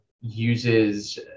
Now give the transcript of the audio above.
uses